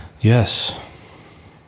Yes